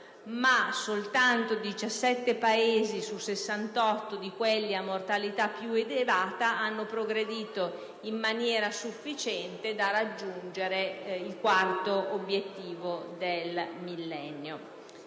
ma soltanto 17 Paesi su 68 di quelli a mortalità più elevata hanno progredito in maniera sufficiente da raggiungere il quarto obiettivo del Millennio.